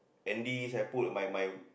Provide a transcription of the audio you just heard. Andy se~ put on my my